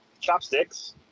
chopsticks